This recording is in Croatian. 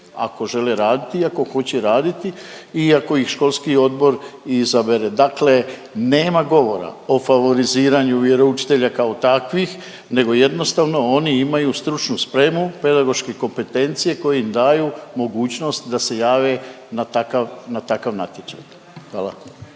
ako žele raditi i ako hoće raditi i ako ih školski odbor izabere, dakle nema govora o favoriziranju vjeroučitelja kao takvih nego jednostavno oni imaju stručnu spremu pedagoške kompetencije koje im daju mogućnost da se jave na takav, na takav